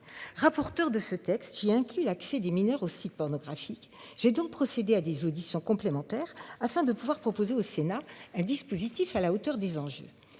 rapporteur de ce texte qui inclut l'accès des mineurs aux sites pornographiques. J'ai donc procéder à des auditions complémentaires afin de pouvoir proposer au Sénat un dispositif à la hauteur des enjeux